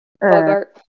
Bogart